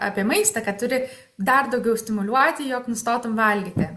apie maistą kad turi dar daugiau stimuliuoti jog nustotum valgyti